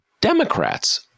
Democrats